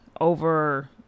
over